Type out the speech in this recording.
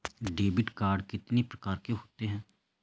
Debit card कितनी प्रकार के होते हैं?